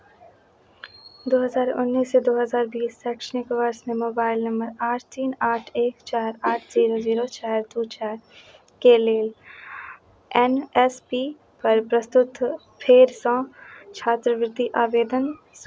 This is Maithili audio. दू हजार उन्नैससँ दू हजार बीस शैक्षणिक वर्षमे मोबाइल नम्बर आठ तीन आठ एक चारि आठ जीरो जीरो चारि दू चारिके लेल एन एस पी पर प्रस्तुत फेरसँ छात्रवृति आवेदन